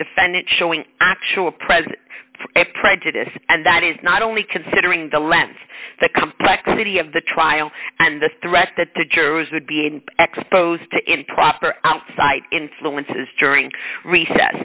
defendant showing actual presence and prejudice and that is not only considering the length the complexity of the trial and the threat that the jurors would be in xposed to improper outside influences during recess